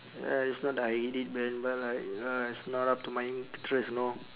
uh it's not that I hate it man but like uh it's not up to my interest know